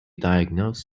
diagnosed